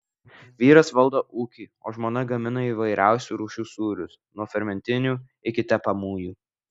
vyras valdo ūkį o žmona gamina įvairiausių rūšių sūrius nuo fermentinių iki tepamųjų